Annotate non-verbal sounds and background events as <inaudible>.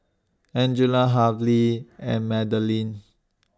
Angella <unintelligible> and Madaline